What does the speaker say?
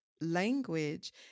language